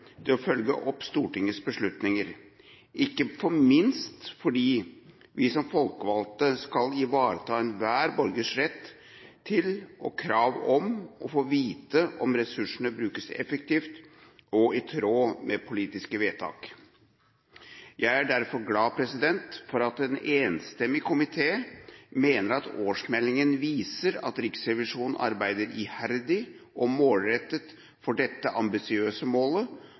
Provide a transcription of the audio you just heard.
til å følge opp Stortingets beslutninger – ikke minst fordi vi som folkevalgte skal ivareta enhver borgers rett til og krav om å få vite om ressursene brukes effektivt og i tråd med politiske vedtak. Jeg er derfor glad for at en enstemmig komité mener at årsmeldingen viser at Riksrevisjonen arbeider iherdig og målrettet for dette ambisiøse målet